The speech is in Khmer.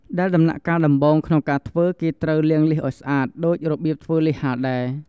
ដែលដំណាក់កាលដំបូងក្នុងការធ្វើគេត្រូវ លាងលៀសឱ្យស្អាតដូចរបៀបធ្វើលៀសហាលដែរ។